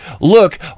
Look